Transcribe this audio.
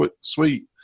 sweet